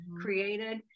created